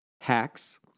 Hacks